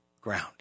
ground